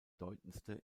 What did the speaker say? bedeutendste